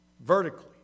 vertically